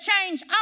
change